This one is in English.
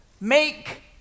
make